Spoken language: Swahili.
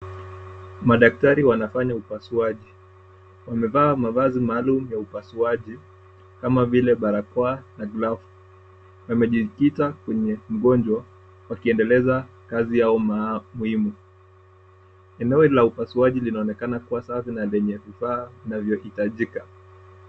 Madaktari wanafanya upasuaji, wamevaa mavazi maalum ya upasuaji kama vile: barakoa na glavu. Wamejikita kwenye mgonjwa, wakiendeleza kazi yao muhimu. Eneo la upasuaji linaonekana kuwa safi na lenye vifaa vinavyohitajika.